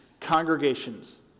congregations